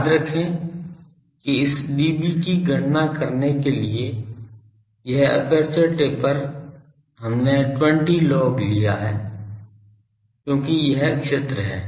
याद रखें कि इस dB की गणना करने के लिए यह एपर्चर टेपर हमने 20 log लिया है क्योंकि यह क्षेत्र है